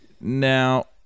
Now